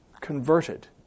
converted